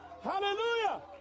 hallelujah